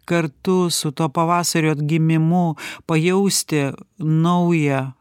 kartu su tuo pavasario atgimimu pajausti naują